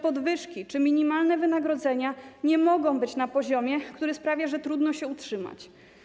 Podwyżki czy minimalne wynagrodzenia nie mogą być na poziomie, który sprawia, że trudno się utrzymać.